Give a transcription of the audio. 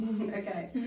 okay